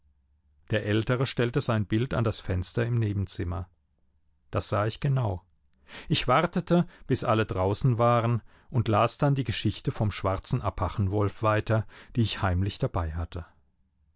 der ältere stellte sein bild an das fenster im nebenzimmer das sah ich genau ich wartete bis alle draußen waren und las dann die geschichte vom schwarzen apachenwolf weiter die ich heimlich dabei hatte